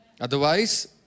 Otherwise